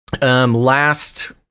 Last